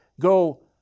go